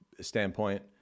standpoint